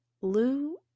Lou